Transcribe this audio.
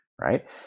right